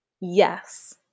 Yes